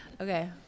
Okay